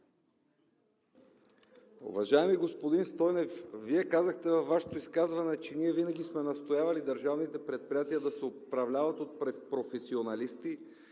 Уважаеми господин Стойнев, Вие казахте във Вашето изказване, че ние винаги сме настоявали държавните предприятия да се управляват от професионалисти,